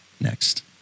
Next